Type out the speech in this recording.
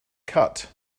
cut